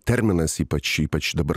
terminas ypač ypač dabar